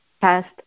past